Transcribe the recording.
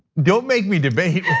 don't make me debate.